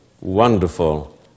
wonderful